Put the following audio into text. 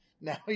now